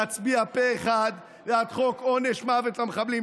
להצביע פה אחד בעד חוק עונש מוות למחבלים.